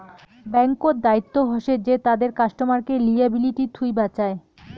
ব্যাঙ্ক্ত দায়িত্ব হসে যে তাদের কাস্টমারকে লিয়াবিলিটি থুই বাঁচায়